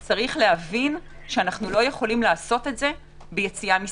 יש להבין שאיננו יכולים לעשות זאת ביציאה מסגר.